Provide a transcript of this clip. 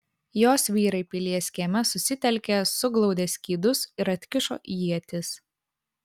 jos vyrai pilies kieme susitelkė suglaudė skydus ir atkišo ietis